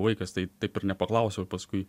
vaikas tai taip ir nepaklausiau paskui